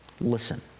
Listen